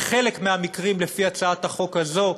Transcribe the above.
בחלק מהמקרים לפי הצעת החוק הזו,